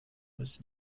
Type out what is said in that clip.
was